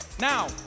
Now